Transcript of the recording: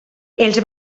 els